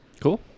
Cool